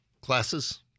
classes